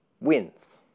wins